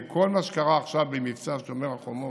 כל מה שקרה עכשיו במבצע שומר החומות,